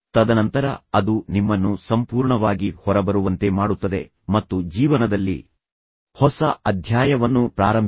ತದನಂತರ ಅದು ನಿಮ್ಮನ್ನು ಬಲಪಡಿಸುತ್ತದೆ ಮತ್ತು ಅದು ನಿಮ್ಮನ್ನು ಕ್ರಮೇಣವಾಗಿ ಮತ್ತು ಬೇಗ ಅಥವಾ ನಂತರ ಸಂಪೂರ್ಣವಾಗಿ ಹೊರಬರುವಂತೆ ಮಾಡುತ್ತದೆ ಮತ್ತು ನಂತರ ನಿಮ್ಮ ಜೀವನದಲ್ಲಿ ಹೊಸ ಅಧ್ಯಾಯವನ್ನು ಪ್ರಾರಂಭಿಸಿ